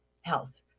health